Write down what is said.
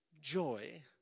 joy